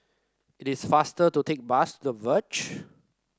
it is faster to take The Verge